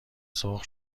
سرخ